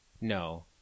No